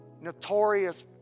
notorious